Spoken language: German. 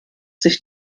sich